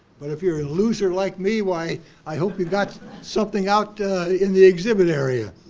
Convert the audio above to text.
but if you're a loser like me, why i hope you got something out in the exhibit area.